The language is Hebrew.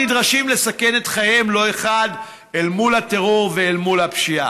נדרשים לסכן את חייהם לא אחת אל מול הטרור ואל מול הפשיעה.